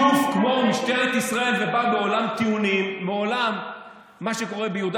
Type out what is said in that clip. "גוף כמו משטרת ישראל" ובאה מהעולם של מה שקורה ביהודה